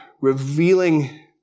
revealing